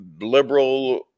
liberal